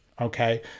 Okay